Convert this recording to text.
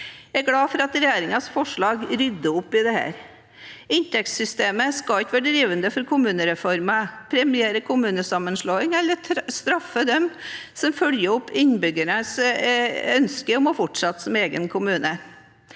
Jeg er glad for at regjeringens forslag rydder opp i dette. Inntektssystemet skal ikke være drivende for kommunereformer, premiere kommunesammenslåing eller straffe dem som følger innbyggernes ønske om å fortsette som egen kommune.